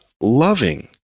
loving